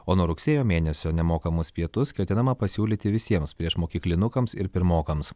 o nuo rugsėjo mėnesio nemokamus pietus ketinama pasiūlyti visiems priešmokyklinukams ir pirmokams